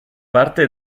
parte